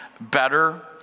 better